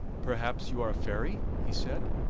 perhaps you are a fairy, he said.